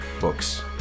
books